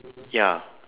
ya